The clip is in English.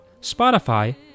Spotify